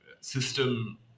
system